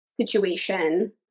situation